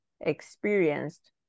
experienced